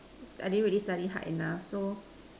I didn't really study hard enough so